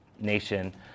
nation